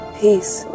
peace